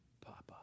Papa